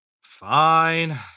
Fine